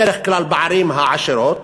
בדרך כלל בערים העשירות,